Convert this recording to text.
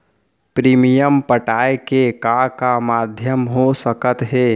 Premium पटाय के का का माधयम हो सकत हे?